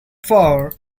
power